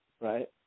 Right